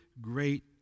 great